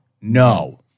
No